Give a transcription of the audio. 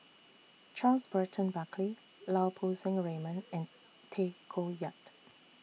Charles Burton Buckley Lau Poo Seng Raymond and Tay Koh Yat